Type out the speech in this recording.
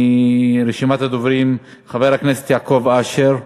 רשימת הדוברים: חבר הכנסת יעקב אשר,